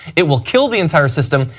it will kill the entire system,